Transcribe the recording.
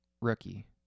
rookie